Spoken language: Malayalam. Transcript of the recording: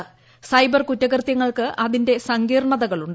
സ്സൈബ്ർ കുറ്റകൃതൃങ്ങൾക്ക് അതിന്റെ സങ്കീർണതകളുണ്ട്